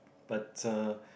but uh